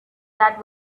that